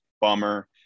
Bummer